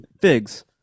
figs